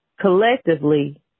collectively